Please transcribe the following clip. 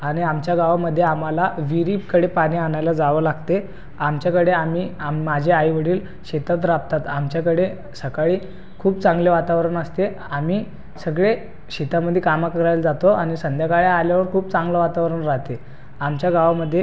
आणि आमच्या गावामध्ये आम्हाला विहिरीकडे पाणी आणायला जावं लागते आमच्याकडे आम्ही आ माझे आईवडील शेतात राबतात आमच्याकडे सकाळी खूप चांगले वातावरण असते आम्ही सगळे शेतामधी कामं करायला जातो आणि संध्याकाळी आल्यावर खूप चांगलं वातावरण राअते आमच्या गावामध्ये